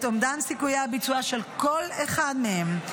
את אומדן סיכויי הביצוע של כל אחד מהם,